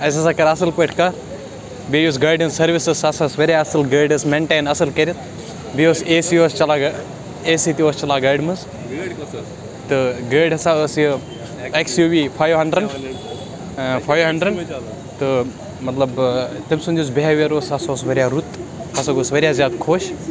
اَسہِ ہَسا کٔر اَصٕل پٲٹھۍ کَتھ بیٚیہِ یُس گاڑِ ہِنٛز سٔروِس ٲس سۄ ہَسا ٲس واریاہ اَصٕل گٲڑۍ ٲس مٮ۪نٹین اَصٕل کٔرِتھ بیٚیہِ اوس اے سی اوس چَلان گا اے سی تہِ اوس چَلان گاڑِ منٛز تہٕ گٲڑۍ ہَسا ٲس یہِ X U V five hundred five hundred تہٕ مطلب تٔمۍ سُنٛد یُس بِہیوِیَر اوس سُہ ہَسا اوس واریاہ رُت بہٕ ہَسا گوس واریاہ زیادٕ خۄش